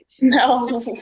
no